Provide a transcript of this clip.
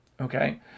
Okay